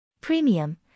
Premium